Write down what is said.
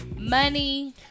Money